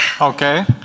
Okay